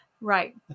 Right